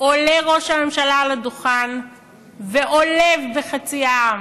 עולה ראש הממשלה לדוכן ועולב בחצי העם,